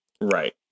Right